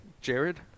Jared